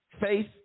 faith